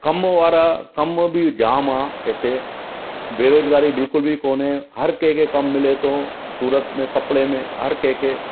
कमु वारा कमु बि जामु आहे हिते बेरोज़गारी बिल्कुलु बि कोन्हे हर कंहिंखे कमु मिले थो सूरत में कपिड़े में हर कंहिंखे